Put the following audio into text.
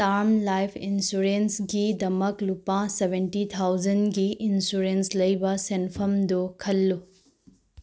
term life ꯏꯟꯁꯨꯔꯦꯟꯁꯒꯤꯗꯃꯛ ꯂꯨꯄꯥ seventy ꯊꯥꯎꯖꯟꯒꯤ ꯏꯟꯁꯨꯔꯦꯟꯁ ꯂꯩꯕ ꯁꯦꯟꯐꯝꯗꯨ ꯈꯜꯂꯨ